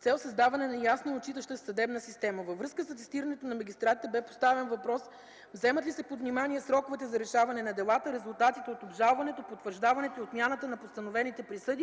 с цел създаване на ясна и отчитаща се съдебна система. Във връзка с атестирането на магистратите бе поставен въпрос вземат ли се под внимание: сроковете за решаване на делата, резултатите от обжалването, потвърждаването и отмяната на постановените присъди,